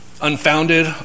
unfounded